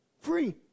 free